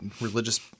religious